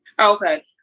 Okay